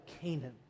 Canaan